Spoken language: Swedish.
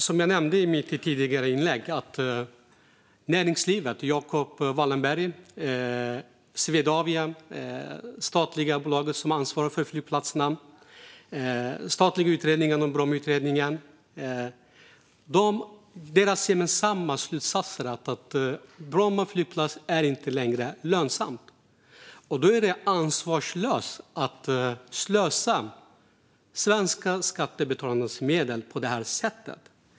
Som jag nämnde i mitt förra inlägg: Näringslivet, Jacob Wallenberg, det statliga bolaget Swedavia som ansvarar för flygplatserna och den statliga utredningen om Bromma drar den gemensamma slutsatsen att Bromma flygplats inte längre är lönsam. Då är det ansvarslöst att slösa de svenska skattebetalarnas medel på det här sättet.